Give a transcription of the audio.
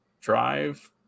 drive